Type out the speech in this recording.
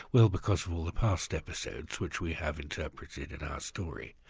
well because of all the past episodes which we have interpreted in our story.